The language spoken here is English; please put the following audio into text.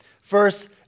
First